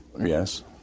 Yes